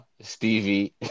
Stevie